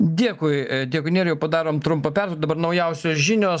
dėkui dėkui nerijau padarom trumpą pertrauką dabar naujausios žinios